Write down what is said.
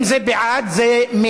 אם זה בעד, זה מליאה.